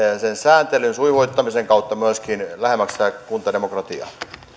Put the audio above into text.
sen sääntelyn sujuvoittamisen kautta myöskin lähemmäs sitä kuntademokratiaa